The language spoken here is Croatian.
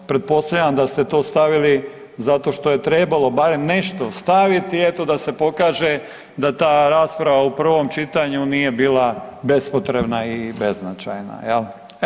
Pretpostavljam da ste to stavili zato što je trebalo barem nešto staviti eto da se pokaže da ta rasprava u prvom čitanju nije bila bespotrebna i beznačajna, jel.